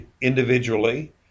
individually